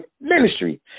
ministry